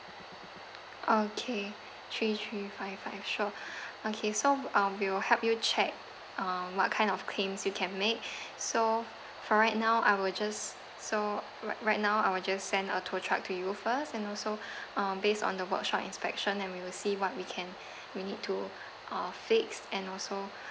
okay three three five five sure okay so um we will help you check uh what kind of claims you can make so for right now I will just so right right now I will just send a tow truck to you first and also um based on the workshop inspection then we'll see what we can we need to uh fix and also